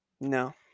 No